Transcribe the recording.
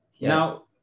Now